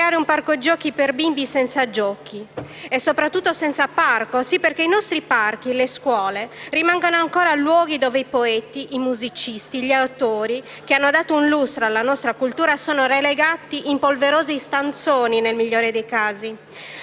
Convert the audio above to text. creare un parco giochi per bimbi senza giochi e, soprattutto, senza parco. Sì, perché i nostri parchi e le scuole rimangono ancora luoghi dove i poeti, i musicisti gli autori che hanno dato lustro alla nostra cultura sono relegati in polverosi stanzoni, nel migliore dei casi.